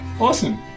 awesome